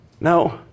No